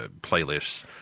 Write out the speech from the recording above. playlists